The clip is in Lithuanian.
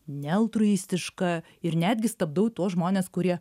nealtruistiška ir netgi stabdau tuos žmones kurie